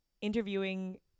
interviewing